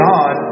God